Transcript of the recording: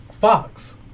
Fox